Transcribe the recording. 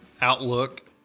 outlook